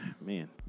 man